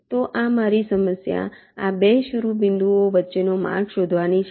તો મારી સમસ્યા આ 2 શિરોબિંદુઓ વચ્ચેનો માર્ગ શોધવાની છે